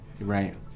right